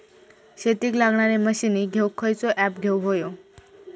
शेतीक लागणारे मशीनी घेवक खयचो ऍप घेवक होयो?